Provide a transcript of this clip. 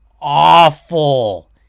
awful